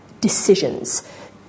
decisions